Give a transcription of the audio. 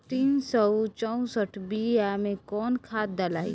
तीन सउ चउसठ बिया मे कौन खाद दलाई?